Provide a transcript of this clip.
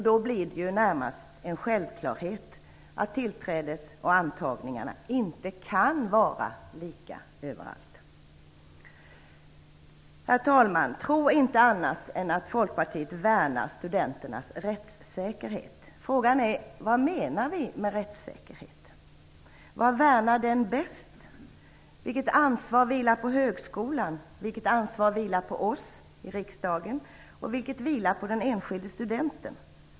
Då blir det närmast en självklarhet att tillträde och antagningar inte kan vara lika överallt. Tro inte annat än att Folkpartiet värnar studenternas rättssäkerhet! Frågan är vad som menas med rättssäkerhet. Vad värnar den bäst? Vilket ansvar vilar på högskolan? Vilket ansvar vilar på oss i riksdagen? Vilket ansvar vilar på den enskilde studenten?